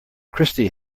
christy